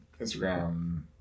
Instagram